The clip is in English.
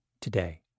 today